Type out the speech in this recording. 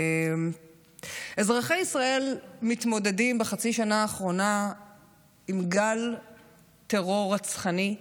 אזרחי ישראל מתמודדים בחצי השנה האחרונה עם גל טרור רצחני.